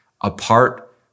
apart